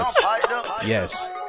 Yes